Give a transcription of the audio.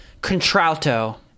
Contralto